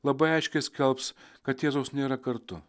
labai aiškiai skelbs kad jėzaus nėra kartu